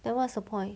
then what's the point